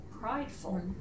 prideful